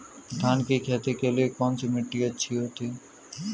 धान की खेती के लिए कौनसी मिट्टी अच्छी होती है?